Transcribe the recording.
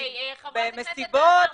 אוקיי, חברת הכנסת תמר זנדברג,